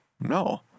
No